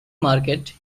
market